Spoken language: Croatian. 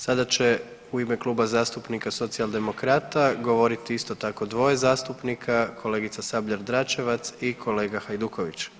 Sada će u ime Kluba zastupnika Socijaldemokrata govoriti isto tako dvoje zastupnika, kolegica Sabljar Dračevac i kolega Hajduković.